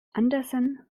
andersen